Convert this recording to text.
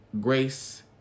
grace